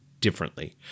differently